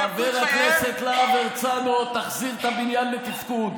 חבר הכנסת להב הרצנו, תחזיר את הבניין לתפקוד.